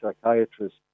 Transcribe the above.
psychiatrist